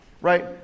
right